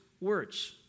words